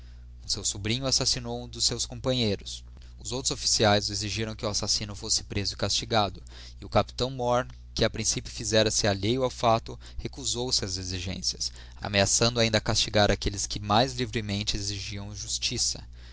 seu sobrinho assassinou ura dos seus companheiros outros officiaes exigiram que o assassino fosse preso e castigado e o capitão mór que a principio flzera se alheio ao facto recusou se ás exigências ameaçando ainda castigar aquelles que mais livremente exigiam justiça